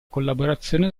collaborazione